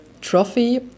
trophy